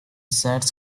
sets